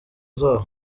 zabo